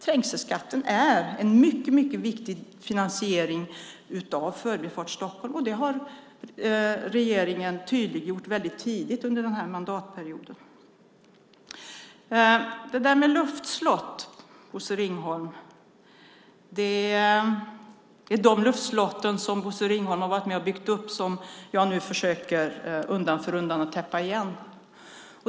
Trängselskatten är en mycket viktig finansiering av Förbifart Stockholm. Det tydliggjorde regeringen tidigt under denna mandatperiod. Apropå luftslott så är det de luftslott som Bosse Ringholm har varit med och byggt upp som jag nu undan för undan försöker riva.